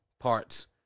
parts